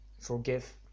forgive